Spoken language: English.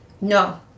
no